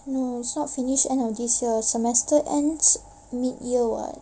no it's not finish end of this year semester ends mid year [what]